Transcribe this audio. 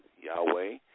Yahweh